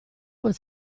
vuol